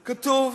כתוב,